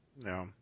No